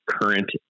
current